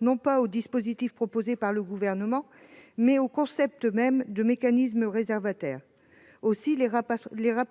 non pas au dispositif proposé par le Gouvernement, mais au concept même de mécanisme réservataire. Les rapporteures y indiquent qu'elle